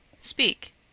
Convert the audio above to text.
Speak